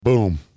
boom